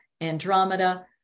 Andromeda